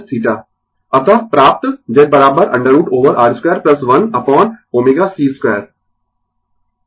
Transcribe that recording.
अतः प्राप्त Z √ over R 2 1 upon ω c 2